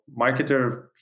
marketer